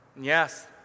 Yes